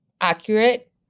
accurate